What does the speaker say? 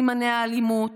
סימני האלימות,